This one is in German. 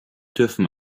dürfen